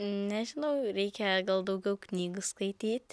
nežinau reikia gal daugiau knygų skaityt